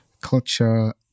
Culture